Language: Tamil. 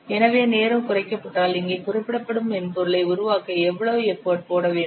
எனவே நேரம் குறைக்கப்பட்டால் இங்கே குறிப்பிடப்படும் மென்பொருளை உருவாக்க எவ்வளவு எஃபர்ட் போட வேண்டும்